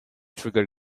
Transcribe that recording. trigger